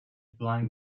black